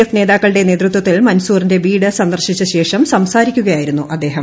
F നേതാക്കളുടെ നേതൃത്വത്തിൽ മൻസൂറിന്റെ വീട് സന്ദർശിച്ചശേഷം സംസാരിക്കുകയായിരുന്നു അദ്ദേഹം